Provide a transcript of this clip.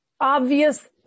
obvious